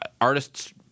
artists